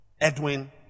Edwin